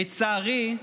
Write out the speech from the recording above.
לצערי,